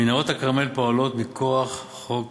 מנהרות הכרמל פועלות מכוח חוק